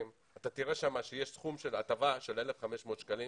אתה תראה שם שיש סכום של הטבה של 1,500 שקלים